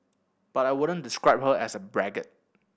but I wouldn't describe her as a braggart